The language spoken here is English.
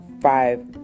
five